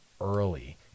early